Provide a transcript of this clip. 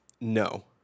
No